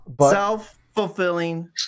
Self-fulfilling